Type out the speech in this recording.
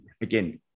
Again